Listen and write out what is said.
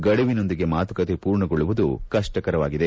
ಗಡುವಿನೊಳಗೆ ಮಾತುಕತೆ ಪೂರ್ಣಗೊಳ್ಳುವುದು ಕಪ್ಪಕರವಾಗಿದೆ